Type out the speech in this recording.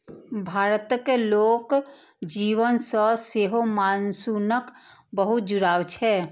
भारतक लोक जीवन सं सेहो मानसूनक बहुत जुड़ाव छै